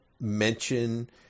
mention